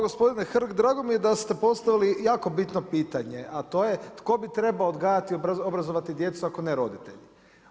Gospodine Hrg, drago mi je da ste postavili jako bitno pitanje, a to je tko bi trebao obrazovati djecu, ako ne roditelji?